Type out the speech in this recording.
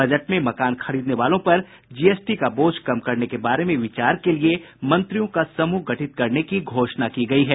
budget में मकान खरीदने वालों पर जी एस टी का बोझ कम करने के बारे में विचार के लिए मंत्रियों का समूह गठित करने की घोषणा की गयी है